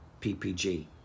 PPG